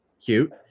cute